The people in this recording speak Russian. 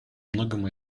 многом